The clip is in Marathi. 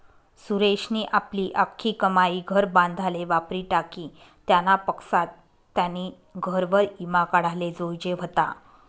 सुरेशनी आपली आख्खी कमाई घर बांधाले वापरी टाकी, त्यानापक्सा त्यानी घरवर ईमा काढाले जोयजे व्हता